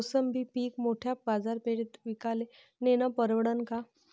मोसंबी पीक मोठ्या बाजारपेठेत विकाले नेनं परवडन का?